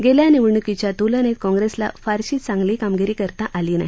गेल्या निवडण्कीच्या त्लनेत काँग्रेसला फारशी चांगली कामगिरी करता आली नाही